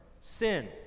sin